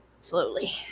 slowly